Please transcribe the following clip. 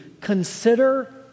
consider